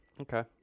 Okay